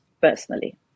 personally